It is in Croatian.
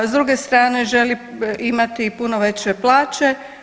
S druge strane želi imati puno veće plaće.